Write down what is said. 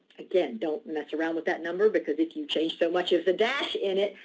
again, don't mess around with that number, because if you change so much as a dash in it,